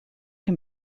can